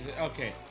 Okay